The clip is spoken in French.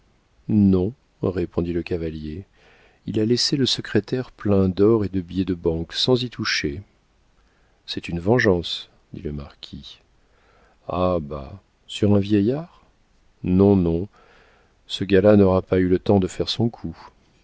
non répondit le cavalier il a laissé le secrétaire plein d'or et de billets de banque sans y toucher c'est une vengeance dit le marquis ah bah sur un vieillard non non ce gaillard-là n'aura pas eu le temps de faire son coup